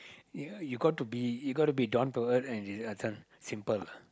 ya you got to be you got to be down to earth and deserve a chance simple